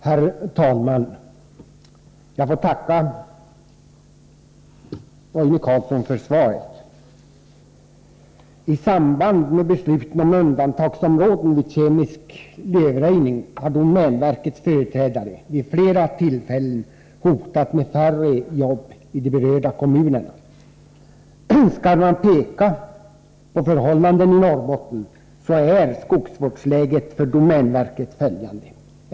Herr talman! Jag tackar Roine Carlsson för svaret på min fråga. I samband med besluten om undantagsområden vid kemisk lövröjning har domänverkets företrädare vid flera tillfällen hotat med en minskning av antalet jobb i berörda kommuner. När det gäller förhållandena i Norrbotten kan följande nämnas om skogsvårdsläget för domänverket.